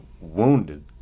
wounded